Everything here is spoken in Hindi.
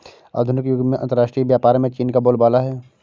आधुनिक युग में अंतरराष्ट्रीय व्यापार में चीन का बोलबाला है